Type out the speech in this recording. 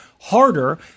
harder